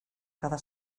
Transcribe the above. cada